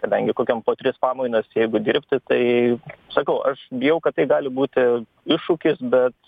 kadangi kokiam po tris pamainas jeigu dirbti tai sakau aš bijau kad tai gali būti iššūkis bet